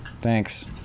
Thanks